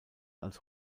als